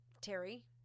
Terry